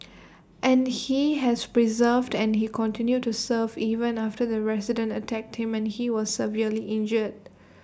and he has preserved and he continued to serve even after the resident attacked him and he was severely injured